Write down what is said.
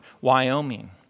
Wyoming